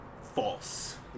false